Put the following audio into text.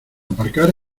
aparcar